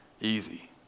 easy